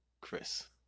Chris